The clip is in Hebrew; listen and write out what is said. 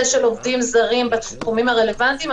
של עובדים זרים בתחומים הרלוונטיים,